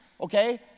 okay